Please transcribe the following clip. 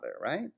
right